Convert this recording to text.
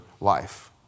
life